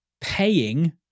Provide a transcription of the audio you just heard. paying